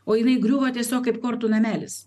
o jinai griuvo tiesiog kaip kortų namelis